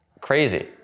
crazy